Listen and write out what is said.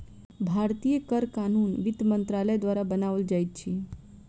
भारतीय कर कानून वित्त मंत्रालय द्वारा बनाओल जाइत अछि